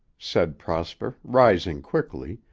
said prosper, rising quickly,